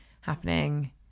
happening